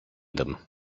them